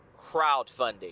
crowdfunding